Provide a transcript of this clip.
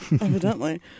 evidently